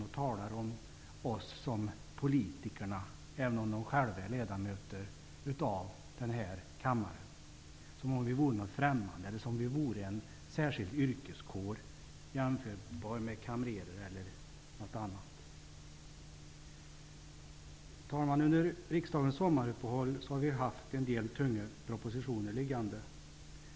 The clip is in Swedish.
De talar om oss politiker som om vi vore främmande, som om vi vore en särskild yrkeskår, som om vi vore jämförbara med t.ex. kamrerer eller något annat -- detta trots att de själva är ledamöter av den här kammaren. Herr talman! Under riksdagens sommaruppehåll har vi haft en del tunga propositioner liggande.